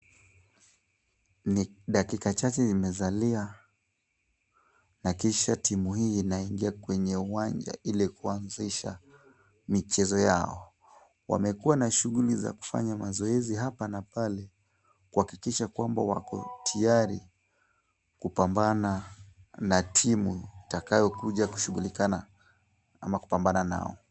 Ni dakika chache zimesalia na kisha timu hii inaingia kwenye uwanja, ili kuanzisha michezo yao. Wamekua na shughuli za kufanya mazoezi hapa na pale kuhakikisha kwamba wako tayari kupambana na timu itakayo kuja kushughulikana ama kupambana nao.